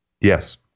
Yes